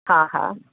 हा हा